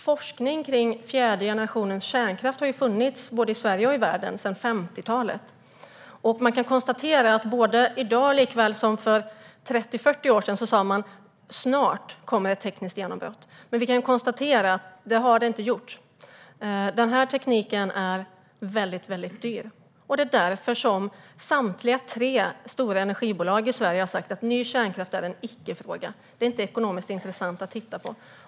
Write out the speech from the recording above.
Fru talman! Forskning kring fjärde generationens kärnkraft har funnits både i Sverige och i världen sedan 50-talet. Man säger i dag likväl som för 30-40 år sedan att det "snart kommer ett tekniskt genombrott". Men vi kan konstatera att det inte har gjort det. Den här tekniken är väldigt dyr. Det är därför samtliga tre stora energibolag i Sverige har sagt att ny kärnkraft är en icke-fråga. Det är inte ekonomiskt intressant att titta på.